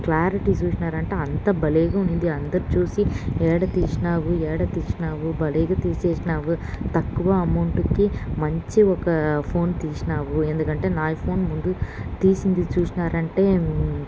clarity చూసినారంటే అంత భలేగా ఉంది అందరు చూసి ఎక్కడ తీసినావు ఎక్కడ తీసినావు భలేగా తీసేసినావు తక్కువ అమౌంట్కి మంచి ఒక ఫోన్ తీసినావు ఎందుకంటే నా ఫోన్ ముందు తీసింది చూసినారంటే